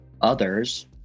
others